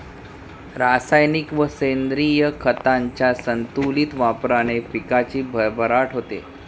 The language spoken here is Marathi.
रासायनिक व सेंद्रिय खतांच्या संतुलित वापराने पिकाची भरभराट होते